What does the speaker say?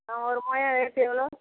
ஒரு முழம் ரேட்டு எவ்வளோ